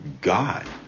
God